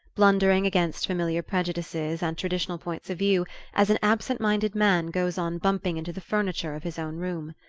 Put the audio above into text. blundering against familiar prejudices and traditional points of view as an absent-minded man goes on bumping into the furniture of his own room.